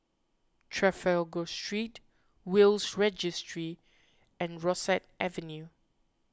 Trafalgar Street Will's Registry and Rosyth Avenue